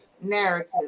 narrative